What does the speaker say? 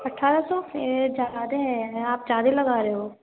اٹھارہ سو اے زیادہ ہے آپ لگا رہے ہو